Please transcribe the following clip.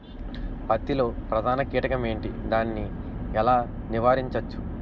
పత్తి లో ప్రధాన కీటకం ఎంటి? దాని ఎలా నీవారించచ్చు?